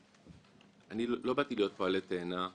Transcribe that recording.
לא באתי להיות פה עלה תאנה,